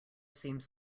seems